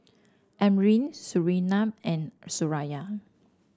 Amrin Surinam and Suraya